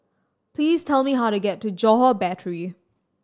please tell me how to get to Johore Battery